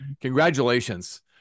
congratulations